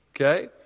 Okay